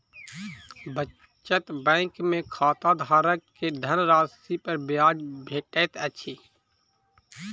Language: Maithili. बचत बैंक में खाताधारक के धनराशि पर ब्याज भेटैत अछि